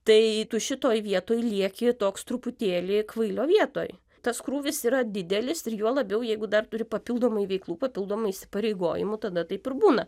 tai tu šitoj vietoj lieki toks truputėlį kvailio vietoj tas krūvis yra didelis ir juo labiau jeigu dar turi papildomai veiklų papildomai įsipareigojimų tada taip būna